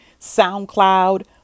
SoundCloud